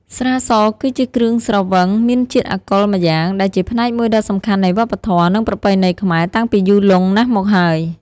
ស្រាស គឺជាគ្រឿងស្រវឹងមានជាតិអាល់កុលម្យ៉ាង ដែលជាផ្នែកមួយដ៏សំខាន់នៃវប្បធម៌ និងប្រពៃណីខ្មែរតាំងពីយូរលង់ណាស់មកហើយ។